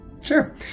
Sure